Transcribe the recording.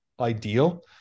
ideal